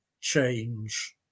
change